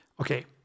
okay